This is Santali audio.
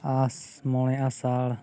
ᱟᱥ ᱢᱚᱬᱮ ᱟᱥᱟᱲ